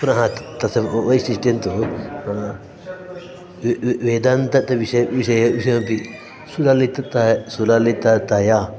पुनः तस्य वैशिष्ट्यं तु वे वेदान्त विषये विषये विषयेपि सुललित सुललिततया